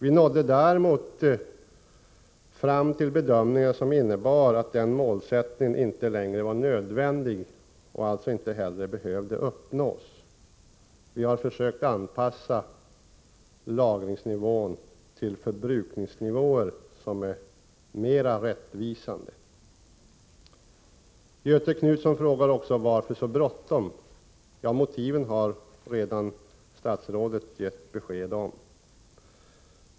Vi nådde däremot fram till en bedömning som innebar att den målsättningen inte längre var nödvändig och alltså inte heller behövde uppnås. Vi har försökt anpassa lagringsnivån till förbrukningsnivåer som är mer rättvisande. Göthe Knutson frågar också: Varför så bråttom? Jag vill erinra om att statsrådet redan har gett besked om motiven.